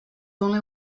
only